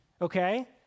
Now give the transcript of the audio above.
okay